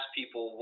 people